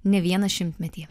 ne vieną šimtmetį